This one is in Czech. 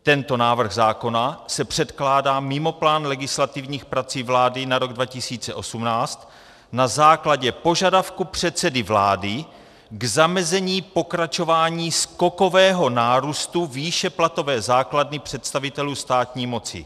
Tento návrh zákona se předkládá mimo plán legislativních prací vlády na rok 2018 na základě požadavku předsedy vlády k zamezení pokračování skokového nárůstu výše platové základny představitelů státní moci.